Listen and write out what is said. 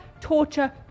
torture